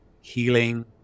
healing